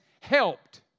helped